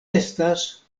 estas